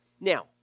Now